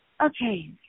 Okay